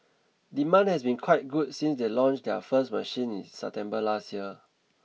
demand has been quite good since they launched their first machine in September last year